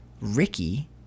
Ricky